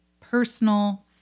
personal